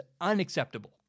unacceptable